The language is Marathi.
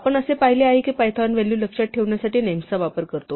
आपण असे पाहिले आहे की पायथॉन व्हॅलू लक्षात ठेवण्यासाठी नेम्सचा वापर करतो